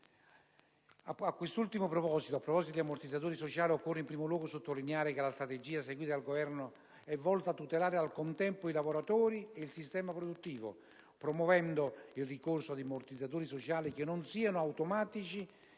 questo decreto-legge. A proposito di ammortizzatori sociali, occorre, in primo luogo, sottolineare che la strategia seguita dal Governo è volta a tutelare, al contempo, i lavoratori ed il sistema produttivo, promuovendo, in particolare, il ricorso ad ammortizzatori sociali che non siano automatici